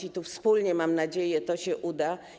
I tu wspólnie, mam nadzieję, to się uda.